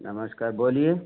नमस्कार बोलिए